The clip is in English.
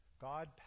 God